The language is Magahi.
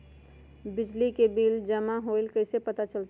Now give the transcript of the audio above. बिजली के बिल जमा होईल ई कैसे पता चलतै?